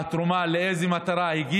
לאיזו מטרה התרומה הגיעה.